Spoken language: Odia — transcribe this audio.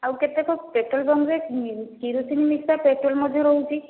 ଆଉ କେତେକ ପେଟ୍ରୋଲ ପମ୍ପରେ କିରୋସିନ ମିଶା ପେଟ୍ରୋଲ ମଧ୍ୟ ରହୁଛି